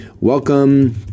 Welcome